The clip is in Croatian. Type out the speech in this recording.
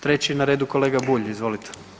Treći je na redu kolega Bulj, izvolite.